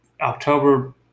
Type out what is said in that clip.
October